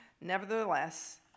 Nevertheless